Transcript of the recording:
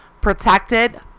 protected